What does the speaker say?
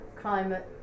climate